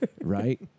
Right